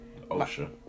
OSHA